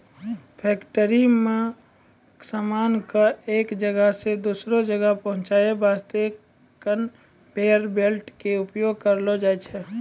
factory मॅ सामान कॅ एक जगह सॅ दोसरो जगह पहुंचाय वास्तॅ कनवेयर बेल्ट के उपयोग करलो जाय छै